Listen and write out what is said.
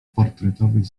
portretowych